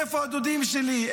איפה הדודים שלי?